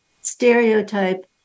stereotype